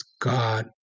God